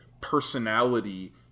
personality